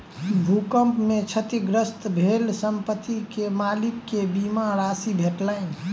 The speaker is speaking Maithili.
भूकंप में क्षतिग्रस्त भेल संपत्ति के मालिक के बीमा राशि भेटलैन